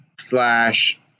slash